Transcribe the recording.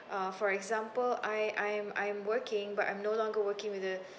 uh for example I I'm I'm working but I'm no longer working with the